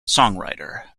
songwriter